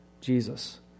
Jesus